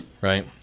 right